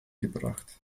gebracht